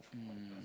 mm